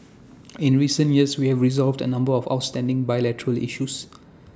in recent years we have resolved A number of outstanding bilateral issues